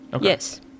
Yes